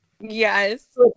yes